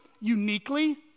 uniquely